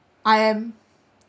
I am